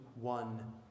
one